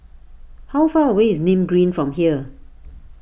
how far away is Nim Green from here